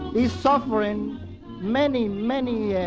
is suffering many, many